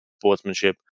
sportsmanship